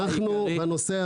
מה זה מסטיק?